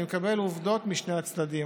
אני מקבל עובדות משני הצדדים.